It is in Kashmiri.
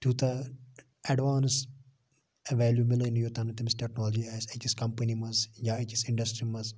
تیوتاہ ایٚڈوانٕس ویٚلیوبلی یوٗتاہ نہٕ تٔمِس ٹیٚکنالجی آسہِ أکِس کَمپٔنی مَنٛز یا أکِس اِنڈَسٹری مَنٛز